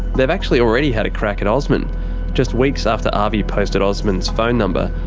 they've actually already had a crack at osman just weeks after avi posted osman's phone number,